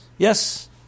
Yes